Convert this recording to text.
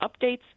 Updates